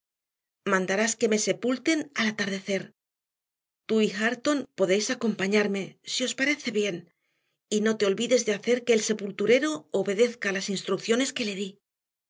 mandarás que me sepulten al atardecer tú y hareton podéis acompañarme si os parece bien y no te olvides de hacer que el sepulturero obedezca las instrucciones que le di